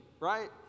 right